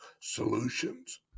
solutions